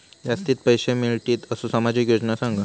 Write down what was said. जास्ती पैशे मिळतील असो सामाजिक योजना सांगा?